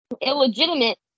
Illegitimate